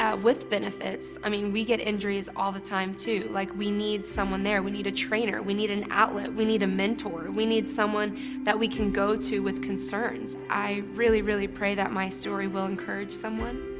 ah with benefits. i mean, we get injuries all the time too. like we need someone there. we need a trainer, we need an outlet, we need a mentor. we need someone that we can go to with concerns. i really really pray that my story will encourage someone,